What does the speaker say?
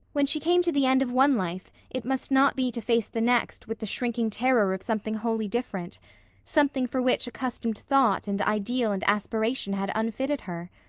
when she came to the end of one life it must not be to face the next with the shrinking terror of something wholly different something for which accustomed thought and ideal and aspiration had unfitted her.